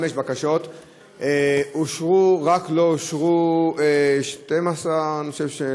בקשות, אושרו, לא אושרו רק 12 בקשות?